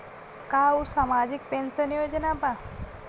का उ सामाजिक पेंशन योजना बा?